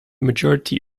majority